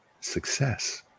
success